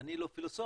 אני לא פילוסוף,